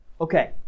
Okay